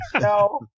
No